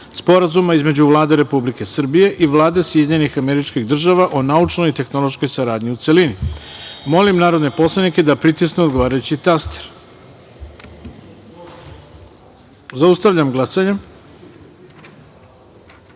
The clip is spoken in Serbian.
Sporazuma između Vlade Republike Srbije i Vlade SAD o naučnoj i tehnološkoj saradnji, u celini. Molim narodne poslanike da pritisnu odgovarajući taster. Zaustavljam glasanje: